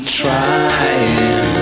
trying